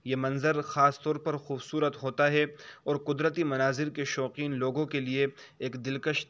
یہ منظر خاص طور پر خوبصورت ہوتا ہے اور قدرتی مناظر کے شوقین لوگوں کے لیے ایک دلکش